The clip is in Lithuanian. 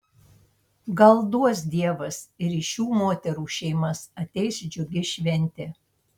gal duos dievas ir į šitų moterų šeimas ateis džiugi šventė